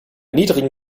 niedrigen